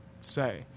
say